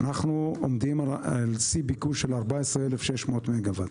אנחנו עומדים על שיא ביקוש של 14,600 מגוואט.